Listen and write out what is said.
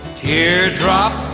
teardrop